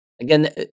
Again